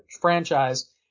franchise